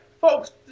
folks